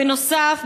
בנוסף,